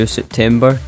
September